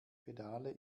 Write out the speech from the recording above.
pedale